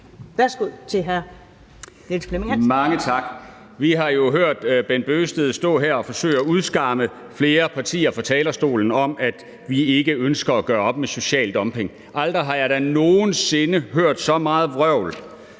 Kl. 14:56 Niels Flemming Hansen (KF): Mange tak. Vi har jo hørt Bent Bøgsted stå her og forsøge at udskamme flere partier fra talerstolen, i forhold til at vi ikke ønsker at gøre op med social dumping. Aldrig har jeg da nogen sinde hørt så meget vrøvl